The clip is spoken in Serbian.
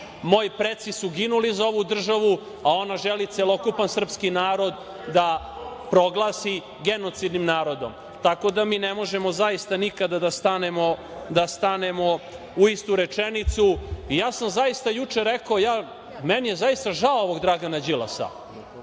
Moji preci su ginuli za ovu državu, a ona želi celokupan srpski narod da proglasi genocidnim narodom, tako da mi ne možemo zaista nikada da stanemo u istu rečenicu. Ja sam zaista juče rekao, meni je zaista žao ovog Dragana Đilasa,